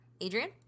adrian